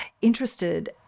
interested